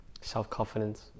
Self-confidence